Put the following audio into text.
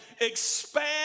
expand